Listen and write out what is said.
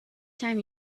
time